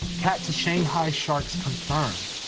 kat to shanghai sharks confirmed.